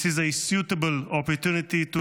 This is a suitable opportunity to